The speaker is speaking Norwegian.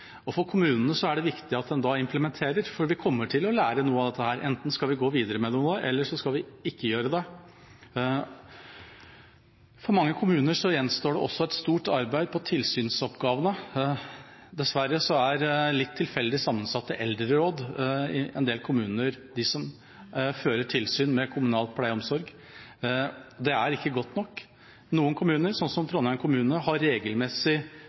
evaluering. For kommunene er det da viktig at de implementerer, for vi kommer til å lære noe av dette, enten skal vi gå videre med noe, eller så skal vi ikke gjøre det. For mange kommuner gjenstår det også et stort arbeid med tilsynsoppgavene. Dessverre er litt tilfeldig sammensatte eldreråd i en del kommuner de som fører tilsyn med kommunal pleie og omsorg. Det er ikke godt nok. Noen kommuner, som Trondheim kommune, har regelmessig